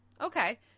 Okay